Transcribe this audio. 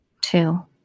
Two